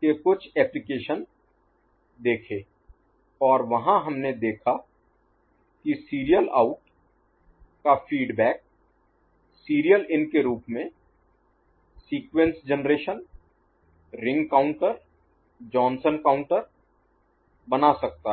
के कुछ एप्लीकेशन देखे और वहां हमने देखा कि सीरियल आउट का फीडबैक सीरियल इन के रूप में sequence generation ring counter Johnson counter बना सकता है